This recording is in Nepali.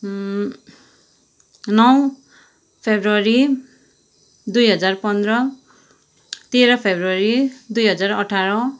नौ फेब्रुअरी दुई हजार पन्ध्र तेह्र फेब्रुअरी दुई हजार अठार